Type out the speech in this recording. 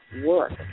work